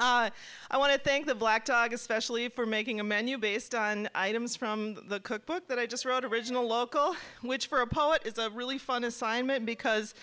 i want to thank the black dog especially for making a menu based on items from the cookbook that i just wrote original local which for a poet is a really fun assignment because